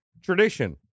tradition